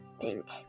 Pink